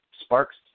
sparks